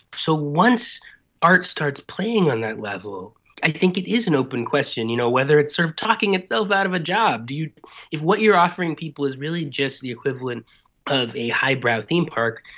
so once art starts playing on that level i think it is an open question, you know, whether it's sort of talking itself out of a job. if what you are offering people is really just the equivalent of a highbrow theme park,